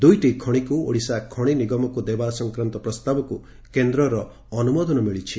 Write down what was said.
ଦୁଇଟି ଖଶିକୁ ଓଡ଼ିଶା ଖଶି ନିଗମକୁ ଦେବା ସଂକ୍ରାନ୍ଡ ପ୍ରସ୍ତାବକୁ କେନ୍ଦର ଅନୁମୋଦନ ମିଳିଛି